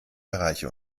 bereiche